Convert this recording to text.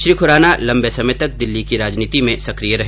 श्री खुराना लम्बे समय तक दिल्ली की राजनीति में सक्रिय रहे